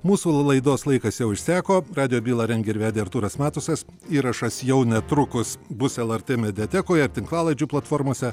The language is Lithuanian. mūsų laidos laikas jau išseko radijo bylą rengė ir vedė artūras matusas įrašas jau netrukus bus lrt mediatekoje tinklalaidžių platformose